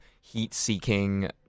heat-seeking